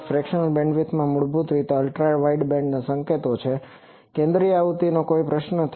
fractional બેન્ડવિડ્થમાં મૂળભૂત રીતે અલ્ટ્રા વાઇડબેન્ડ સંકેતો માટે કેન્દ્રીય આવૃત્તિનો કોઈ પ્રશ્ન નથી